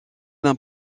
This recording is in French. l’un